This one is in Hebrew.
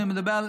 אני מדבר,